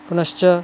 पुनश्च